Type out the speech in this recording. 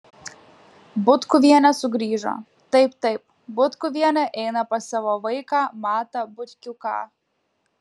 butkuvienė sugrįžo taip taip butkuvienė eina pas savo vaiką matą butkiuką